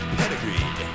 pedigree